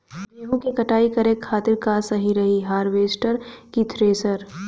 गेहूँ के कटाई करे खातिर का सही रही हार्वेस्टर की थ्रेशर?